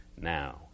now